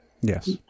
Yes